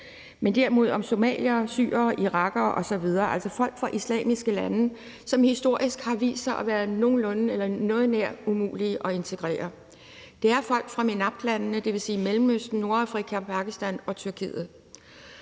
men derimod om somaliere, syrere, irakere osv., altså folk fra islamiske lande, som historisk har vist sig at være noget nær umulige at integrere. Det er folk fra MENAPT-landene, dvs. Mellemøsten, Nordafrika, Pakistan og Tyrkiet.